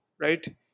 right